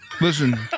Listen